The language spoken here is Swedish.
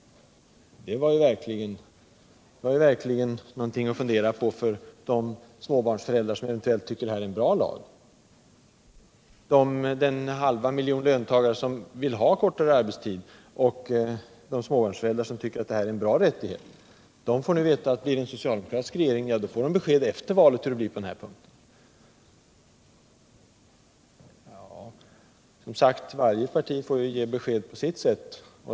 Detta svar är verkligen någonting att fundera över för de småbarnsföräldrar som tycker att detta är en bra lag. Den halva miljon löntagare som vill ha kortare arbetstid. och de småbarnsföräldrar som anser detta vara en bra rättighet, får nu veta att om vi får en socialdemokratisk regering så skall besked lämnas efter valet om hur det kommer att bli på denna punkt. Varje parti får naturligtvis ge besked på sitt sätt.